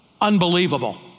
Unbelievable